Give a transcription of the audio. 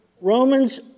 Romans